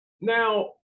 Now